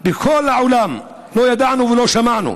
בכל העולם, לא ידענו ולא שמענו.